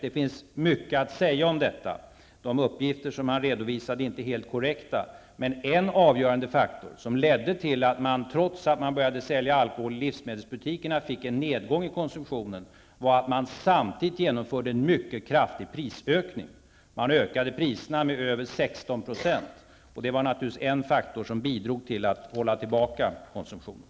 Det finns mycket att säga om detta experiment. De uppgifter som Peter Kling redovisade var inte helt korrekta. En avgörande faktor som dock ledde till en nedgång i konsumtionen, trots att man började sälja alkohol i livsmedelsbutikerna, var en samtidig mycket kraftig prishöjning. Priserna höjdes med över 16 %. Det var naturligtvis en faktor som bidrog till att hålla tillbaka konsumtionen.